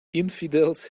infidels